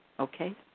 Okay